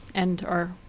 and our